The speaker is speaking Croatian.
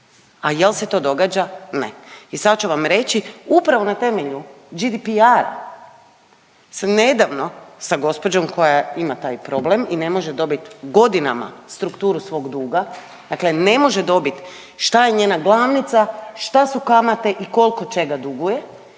a jel se to događa? Ne. I sad ću vam reći upravo na temelju GDPR-a sam nedavno sa gospođom koja ima taj problem i ne može dobit godinama strukturu svog duga, dakle ne može dobit šta je njena glavnica, šta su kamate i kolko čega duguje,